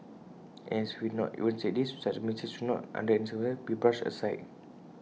and as if we even need to say this such A mistake should not under any circumstances be brushed aside